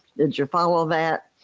did you follow that?